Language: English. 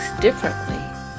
differently